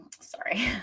sorry